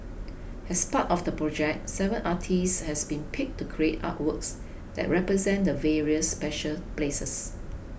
as part of the project seven artists has been picked to create artworks that represent the various special places